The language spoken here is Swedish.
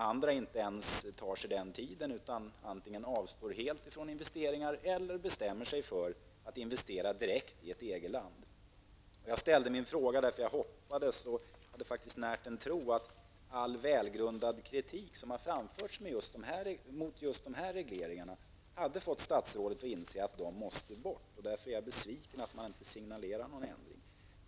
Andra företag tar sig inte ens den tiden utan antingen avstår helt från investeringar eller bestämmer sig för att investera direkt i ett EG-land. Jag ställde min fråga därför att jag hoppades -- jag hade faktiskt närt en tro -- att all välgrundad kritik som framförts mot just den här typen av regleringar hade fått statsrådet att inse att de måste bort. Därför är jag besviken att man inte signalerar någon ändring.